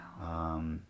Wow